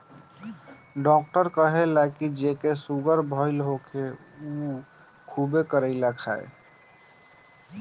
doctor कहेला की जेके सुगर भईल होखे उ खुबे करइली खाए